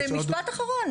זה משפט אחרון.